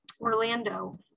Orlando